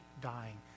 dying